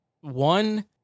one